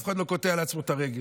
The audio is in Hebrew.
אף אחד לא קוטע לעצמו את הרגל.